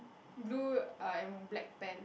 blue uh in black pant